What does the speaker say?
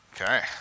Okay